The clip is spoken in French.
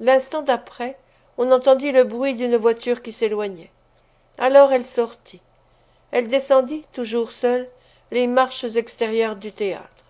l'instant d'après on entendit le bruit d'une voiture qui s'éloignait alors elle sortit elle descendit toujours seule les marches extérieures du théâtre